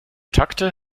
takte